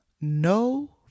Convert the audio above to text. No